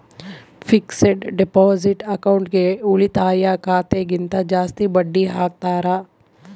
fixed deposit ಅಕೌಂಟ್ಗೆ ಉಳಿತಾಯ ಖಾತೆ ಗಿಂತ ಜಾಸ್ತಿ ಬಡ್ಡಿ ಹಾಕ್ತಾರ